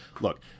look